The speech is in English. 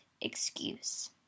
excuse